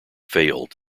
failed